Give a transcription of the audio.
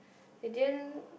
they didn't